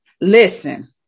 listen